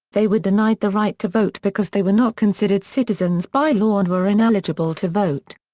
they were denied the right to vote because they were not considered citizens by law and were ineligible to vote.